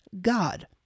God